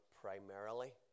primarily